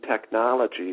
technology